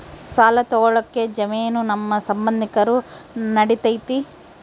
ಸಾಲ ತೊಗೋಳಕ್ಕೆ ಜಾಮೇನು ನಮ್ಮ ಸಂಬಂಧಿಕರು ನಡಿತೈತಿ?